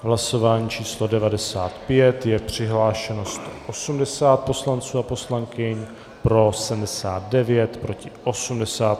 V hlasování číslo 95 je přihlášeno 180 poslanců a poslankyň, pro 79, proti 80.